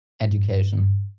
education